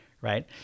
right